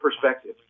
perspective